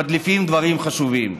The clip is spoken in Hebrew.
מדליפים דברים חשובים.